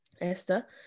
Esther